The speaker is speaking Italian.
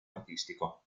artistico